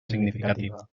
significativa